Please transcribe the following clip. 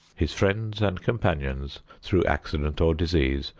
his friends and companions, through accident or disease,